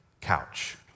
couch